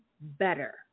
better